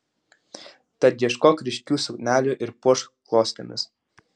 tad ieškok ryškių suknelių ir puošk klostėmis